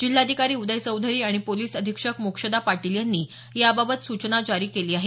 जिल्हाधिकारी उदय चौधरी आणि पोलीस अधीक्षक मोक्षदा पाटील यांनी याबाबत सूचना जारी केली आहे